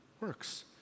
works